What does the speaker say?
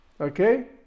Okay